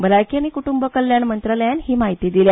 भलायकी आनी कट्रंब कल्याण मंत्रालयान ही म्हायती दिल्या